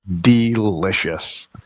delicious